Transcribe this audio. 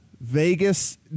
Vegas